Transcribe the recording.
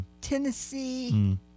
Tennessee